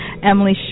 emily